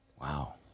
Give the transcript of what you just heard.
Wow